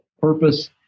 purpose